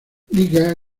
liga